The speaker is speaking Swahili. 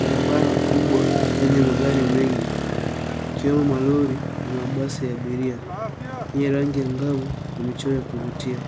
Barabara kubwa ndani ya magari mengi ikiwemo malori na mabasi ya abiria yenye rangi ya angavu na michoro ya kuvutia,